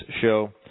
show